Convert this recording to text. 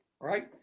Right